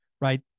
right